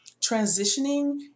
Transitioning